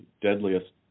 deadliest